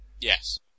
Yes